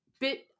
bit